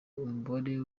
umubare